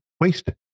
wasted